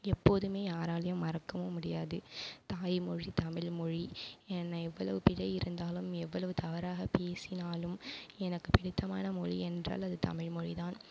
எப்போதுமே யாராலேயும் மறக்கவும் முடியாது தாய் மொழி தமிழ் மொழி என்ன எவ்வளவு பிழை இருந்தாலும் எவ்வளவு தவறாக பேசினாலும் எனக்கு பிடித்தமான மொழி என்றால் அது தமிழ் மொழிதான்